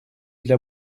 для